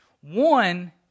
One